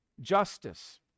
justice